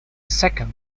second